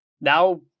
Now